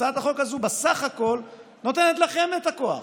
הצעת החוק הזאת בסך הכול נותנת לכם את הכוח,